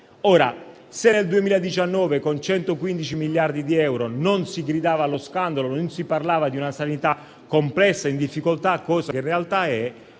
Ora, se nel 2019 con 115 miliardi di euro non si gridava allo scandalo e non si parlava di una sanità complessa e in difficoltà - cosa che in realtà è,